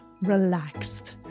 relaxed